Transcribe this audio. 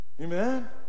Amen